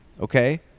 okay